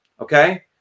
Okay